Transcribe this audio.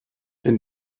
denn